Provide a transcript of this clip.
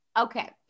Okay